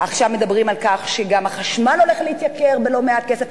עכשיו מדברים על כך שגם החשמל הולך להתייקר בלא מעט כסף.